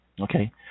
okay